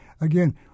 again